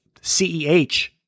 CEH